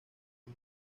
sus